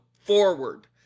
forward